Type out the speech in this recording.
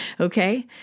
Okay